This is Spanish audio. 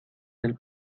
del